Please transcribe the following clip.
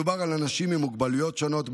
מדובר על אנשים עם מוגבלויות שונות,